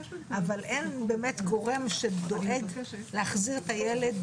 אבל אין באמת גורם שדואג להחזיר את הילד,